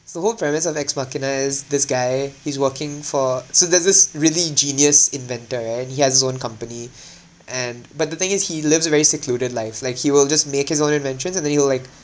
the whole premise of ex machina is this guy he's working for so there's this really genius inventor right he has his own company and but the thing is he lives a very secluded life like he will just make his own inventions and then he will like